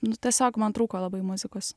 nu tiesiog man trūko labai muzikos